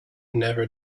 never